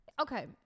okay